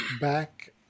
back